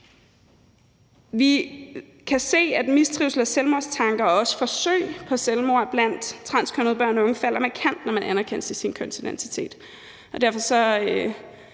Vi kan se, at mistrivsel og selvmordstanker og også forsøg på selvmord blandt transkønnede børn falder markant, når man anerkendes i sin kønsidentitet,